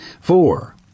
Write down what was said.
four